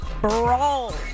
brawl